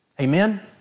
Amen